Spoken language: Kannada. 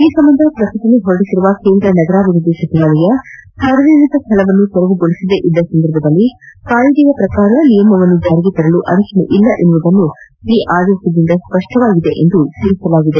ಈ ಸಂಬಂಧ ಪ್ರಕಟಣೆ ಹೊರಡಿಸಿರುವ ಕೇಂದ್ರ ನಗರಾಭಿವೃದ್ದಿ ಸಚಿವಾಲಯ ಸಾರ್ವಜನಿಕ ಸ್ಥಳ ತೆರವುಗೊಳಿಸದೇ ಇದ್ದ ಸಂದರ್ಭದಲ್ಲಿ ಕಾಯಿದೆಯ ಪ್ರಕಾರ ನಿಯಮವನ್ನು ಜಾರಿಗೆ ತರಲು ಅಡಚಣೆ ಇಲ್ಲ ಎನ್ನುವುದು ಈ ಆದೇಶದಿಂದ ಸ್ವಷ್ವವಾಗಿದೆ ಎಂದು ತಿಳಿಸಲಾಗಿದೆ